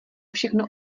všechno